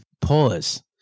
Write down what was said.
Pause